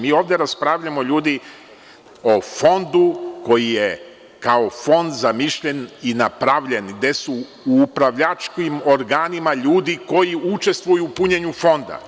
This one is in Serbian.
Mi ovde raspravljamo o Fondu koji je kao Fond zamišljen i napravljen gde su u upravljačkim organima ljudi koji učestvuju u punjenju Fonda.